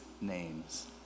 name's